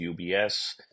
UBS